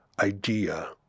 idea